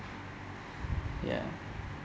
ya